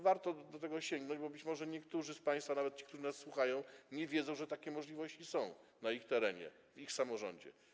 Warto do tego sięgnąć, bo być może niektórzy z państwa, nawet ci, którzy nas słuchają, nie wiedzą, że takie możliwości są na ich terenie, w ich samorządzie.